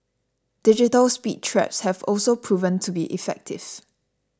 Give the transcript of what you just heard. digital speed traps have also proven to be effective